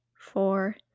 four